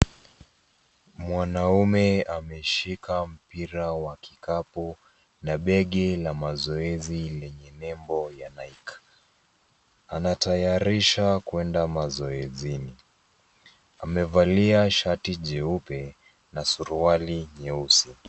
Mwanaume ameshika mpira wa kikapu na begi la mazoezi lenye nembo ya Nike anatayarisha kwenda mazoezini, amevalia shati jeupe na suruali jeusi.